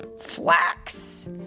flax